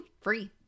free